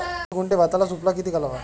वीस गुंठे भाताला सुफला किती घालावा?